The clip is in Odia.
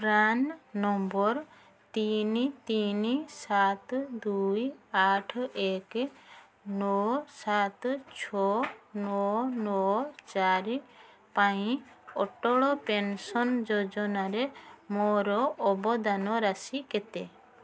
ପ୍ରାନ୍ ନମ୍ବର୍ ତିନି ତିନି ସାତ ଦୁଇ ଆଠ ଏକେ ନଅ ସାତ ଛଅ ନଅ ନଅ ଚାରି ପାଇଁ ଅଟଳ ପେନ୍ସନ୍ ଯୋଜନାରେ ମୋର ଅବଦାନ ରାଶି କେତେ